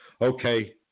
Okay